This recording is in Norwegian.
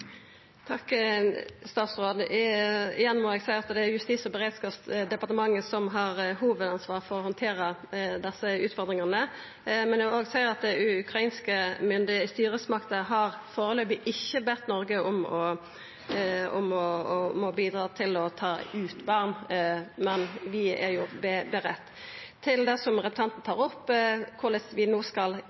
Igjen må eg seia at det er Justis- og beredskapsdepartementet som har hovudansvaret for å handtere desse utfordringane, men eg vil òg seia at dei ukrainske styresmaktene foreløpig ikkje har bedt Noreg om å bidra til å ta ut barn, men vi er klare. Til det som representanten tar opp, korleis vi no skal